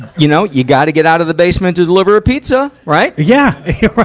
you know, you gotta get out of the basement to deliver a pizza, right? yeah, yeah